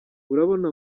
urabona